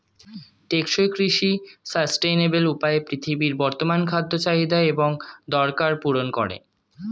টেকসই কৃষি সাস্টেইনেবল উপায়ে পৃথিবীর বর্তমান খাদ্য চাহিদা এবং দরকার পূরণ করে